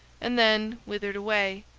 and then withered away,